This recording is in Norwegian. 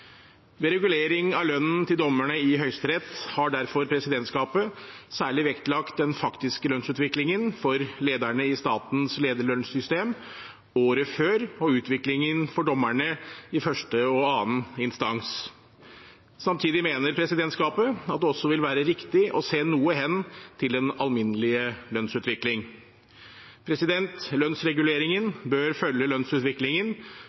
Ved regulering av lønnen til dommerne i Høyesterett har derfor presidentskapet særlig vektlagt den faktiske lønnsutviklingen for lederne i statens lederlønnssystem året før og utviklingen for dommerne i første og annen instans. Samtidig mener presidentskapet at det også vil være riktig å se noe hen til den alminnelige lønnsutvikling. Lønnsreguleringen bør følge lønnsutviklingen